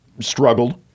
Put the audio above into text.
struggled